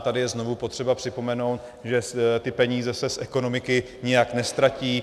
Tady je znovu potřeba připomenout, že ty peníze se z ekonomiky nijak neztratí.